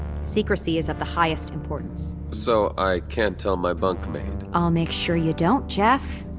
secrecy is of the highest importance so i can't tell my bunkmate? i'll make sure you don't, geoff.